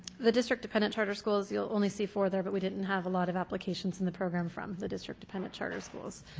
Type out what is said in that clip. the district dependent charter schools, you'll only see four there. but we didn't have a lot of applications in the program from the district dependent charter schools.